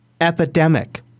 epidemic